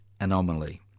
anomaly